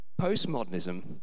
Postmodernism